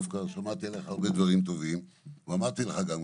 דווקא שמעתי עליך הרבה דברים טובים ואמרתי לך גם,